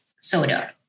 soda